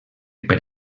per